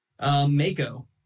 Mako